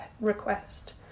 request